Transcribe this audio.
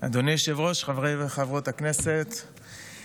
מעבר לכל הכדורים שירו